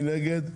מי נגד?